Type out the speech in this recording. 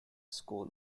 school